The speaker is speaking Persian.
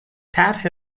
طرح